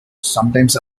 sometimes